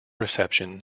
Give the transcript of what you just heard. reception